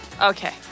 Okay